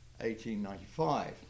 1895